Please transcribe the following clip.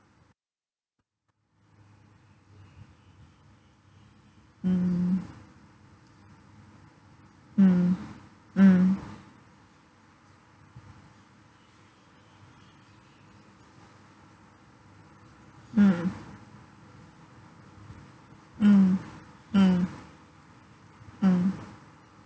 mm mm mm mm mm mm mm